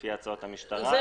לפי הצעת המשטרה.